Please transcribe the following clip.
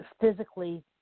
physically